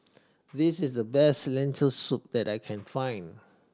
this is the best Lentil Soup that I can find